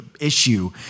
issue